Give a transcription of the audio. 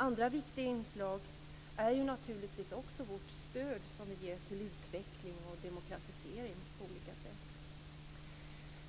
Andra viktiga inslag är naturligtvis också vårt stöd som vi ger till utveckling och demokratisering på olika sätt.